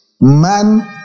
Man